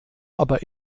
aber